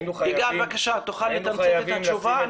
וגם, בבקשה תוכל לתמצת את התשובה?